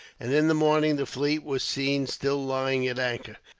and in the morning the fleet were seen, still lying at anchor.